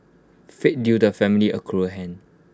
fate dealt the family A cruel hand